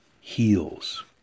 heals